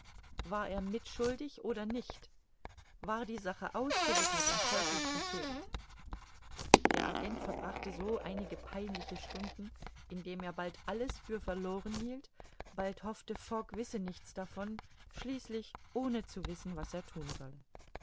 war er mitschuldig oder nicht war die sache ausgewittert und folglich verfehlt der agent verbrachte so einige peinliche stunden indem er bald alles für verloren hielt bald hoffte fogg wisse nichts davon schließlich ohne zu wissen was er thun solle